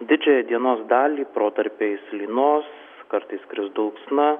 didžiąją dienos dalį protarpiais lynos kartais kris dulksna